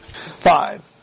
five